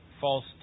false